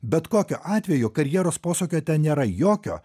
bet kokiu atveju karjeros posūkio ten nėra jokio